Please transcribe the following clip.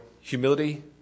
humility